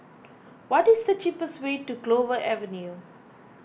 what is the cheapest way to Clover Avenue